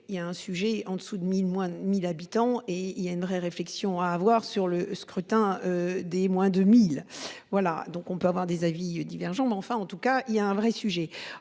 il y a un sujet en dessous de 1000 moins 1000 habitants et il y a une vraie réflexion à avoir sur le scrutin. Des moins de 1000. Voilà donc on peut avoir des avis divergents, mais enfin en tout cas il y a un vrai sujet